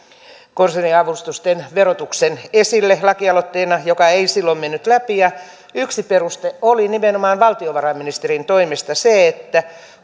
konserniavustusten verotuksen esille lakialoitteena joka ei silloin mennyt läpi ja yksi peruste oli nimenomaan valtiovarainministerin toimesta se että